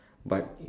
but